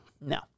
No